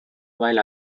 while